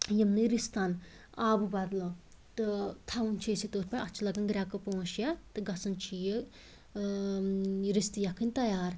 یمنٕے رِستَن آبہٕ بَدلہٕ تہٕ تھوان چھِ أسۍ یہِ تٔتھۍ پٮ۪ٹھ اَتھ چھِ لگان گرٛیٚکہٕ پانٛژھ شےٚ گَژھان چھِ یہِ ٲں رِستہٕ یَکھٕنۍ تیار